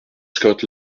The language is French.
scott